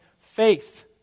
faith